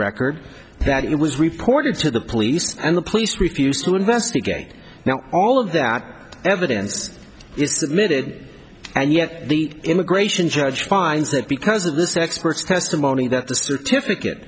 record that it was reported to the police and the police refused to investigate now all of that evidence is that minute and yet the immigration judge finds that because of this expert's testimony that the certificate